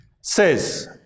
says